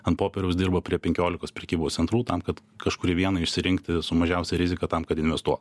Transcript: ant popieriaus dirba prie penkiolikos prekybos centrų tam kad kažkurį vieną išsirinkti su mažiausia rizika tam kad investuot